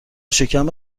شکم